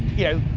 you know.